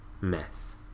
meth